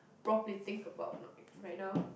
properly think about right now